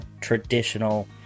traditional